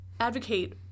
advocate